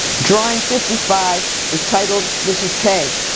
drawing fifty five is titled mrs. k.